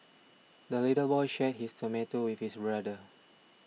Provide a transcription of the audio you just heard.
the little boy shared his tomato with his brother